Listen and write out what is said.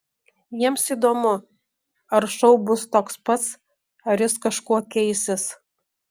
jiems įdomu ar šou bus toks pats ar jis kažkuo keisis